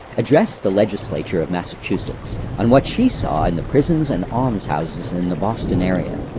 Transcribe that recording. addressed the legislature of massachusetts on what she saw in the prisons and alms houses in the boston area